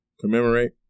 commemorate